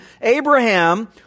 Abraham